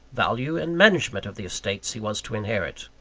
value, and management of the estates he was to inherit.